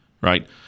right